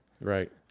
Right